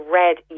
red